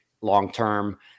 long-term